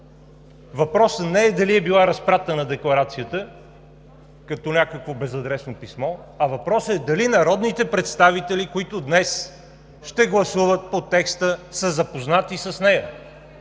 Въпросът не е дали е била разпратена Декларацията като някакво безадресно писмо, а е дали народните представители, които днес ще гласуват по текста, са запознати с нея.